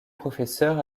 professeur